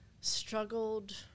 struggled